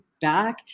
back